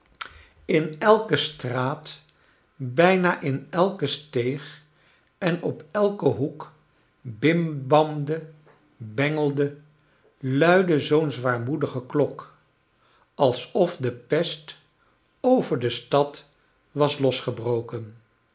in eike straat bijna in elke steeg en op elken hoek bimbamde bengelde luidde zoo'n zwaarmoedige klok alsof de pest over de stad was losgebroken